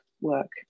work